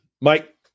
Mike